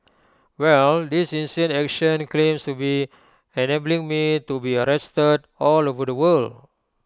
well this insane action claims to be enabling me to be arrested all over the world